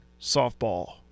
softball